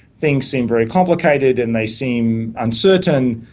things seem very complicated and they seem uncertain,